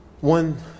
One